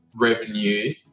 Revenue